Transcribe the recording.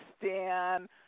Stan